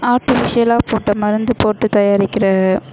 ஆர்டிஃபிஷியலாக போட்ட மருந்து போட்டு தயாரிக்கிற